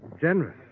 generous